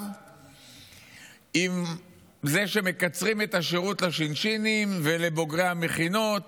עם זה שמקצרים את השירות לש"שינים ולבוגרי המכינות